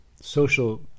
social